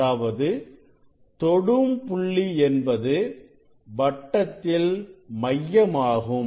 அதாவது தொடும் புள்ளி என்பது வட்டத்தில் மையமாகும்